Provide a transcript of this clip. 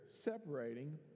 separating